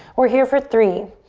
we're here for three.